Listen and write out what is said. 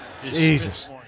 Jesus